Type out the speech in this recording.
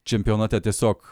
čempionate tiesiog